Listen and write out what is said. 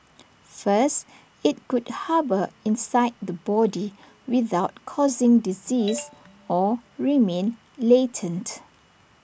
first IT could harbour inside the body without causing disease or remain latent